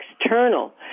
external